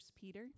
Peter